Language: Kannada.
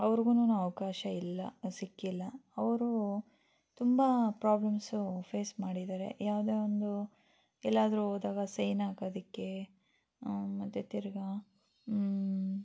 ಅವ್ರ್ಗೂನು ಅವಕಾಶ ಇಲ್ಲ ಸಿಕ್ಕಿಲ್ಲ ಅವರು ತುಂಬ ಪ್ರಾಬ್ಲಮ್ಸು ಫೇಸ್ ಮಾಡಿದ್ದಾರೆ ಯಾವುದೇ ಒಂದು ಎಲ್ಲಾದರೂ ಹೋದಾಗ ಸೈನ್ ಹಾಕೋದಿಕ್ಕೆ ಮತ್ತು ತಿರ್ಗಿ